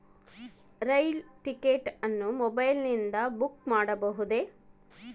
ರೈಲು ticket ಅನ್ನು ಮೊಬೈಲಿಂದ book ಮಾಡಬಹುದೆ?